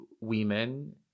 women